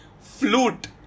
flute